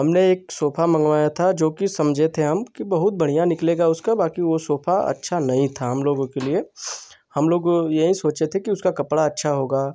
हमने एक सोफा मँगवाया था जो कि समझे थे हम कि बहुत बढ़िया निकलेगा उसका बाकी वो सोफा अच्छा नहीं था हम लोगों के लिए हम लोग यही सोचे थे कि उसका कपड़ा अच्छा होगा